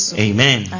Amen